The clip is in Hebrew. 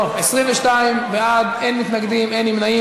טוב, 22 בעד, אין מתנגדים, אין נמנעים.